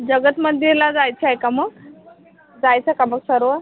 जगत मंदिरला जायचं आहे का मग जायचं का मग सर्व